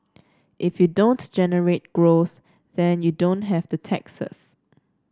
if you don't generate growth then you don't have the taxes